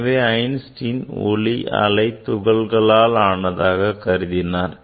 எனவே ஐன்ஸ்டீன் ஒளி அலை துகள்களால் ஆனதாக கருதினார்